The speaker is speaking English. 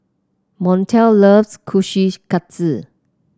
Montel loves Kushikatsu